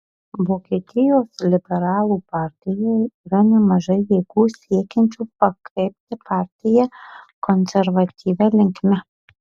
vokietijos liberalų partijoje yra nemažai jėgų siekiančių pakreipti partiją konservatyvia linkme